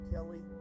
Kelly